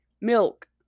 Milk